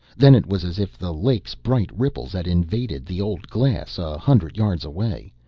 then it was as if the lake's bright ripples had invaded the old glass a hundred yards away.